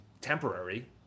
temporary